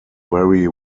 very